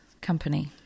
company